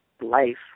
life